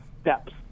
steps